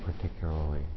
particularly